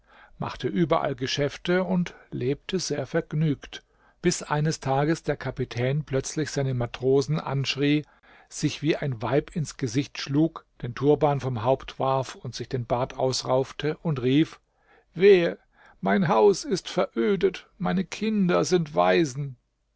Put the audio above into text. machte überall geschäfte und lebte sehr vergnügt bis eines tages der kapitän plötzlich seine matrosen anschrie sich wie ein weib ins gesicht schlug den turban vom haupt warf und sich den bart ausraufte und rief wehe mein haus ist verödet meine kinder sind waisen